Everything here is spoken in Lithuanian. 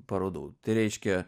parodų tai reiškia